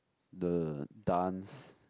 the dance